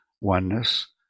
oneness